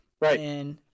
Right